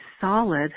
solid